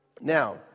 Now